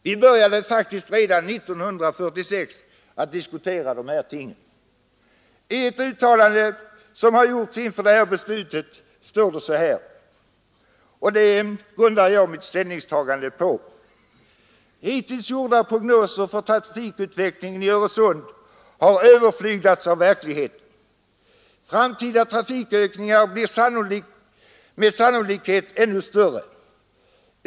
Vi började faktiskt redan 1946 att diskutera dessa ting. I det uttalande som har gjorts inför detta beslut och som jag alltså grundar mitt ställningstagande på står det: ”Hittills gjorda prognoser för trafikutvecklingen i Öresund har överflyglats av verkligheten. Framtida trafikökningar blir med sannolikhet ännu större.